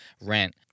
rent